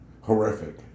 horrific